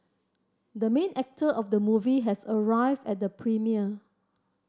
the main actor of the movie has arrived at the premiere